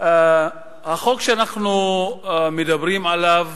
החוק שאנחנו מדברים עליו,